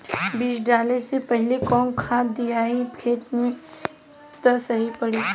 बीज डाले से पहिले कवन खाद्य दियायी खेत में त सही पड़ी?